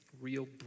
real